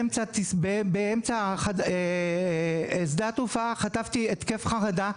באמצע שדה התעופה חטפתי התקף חרדה,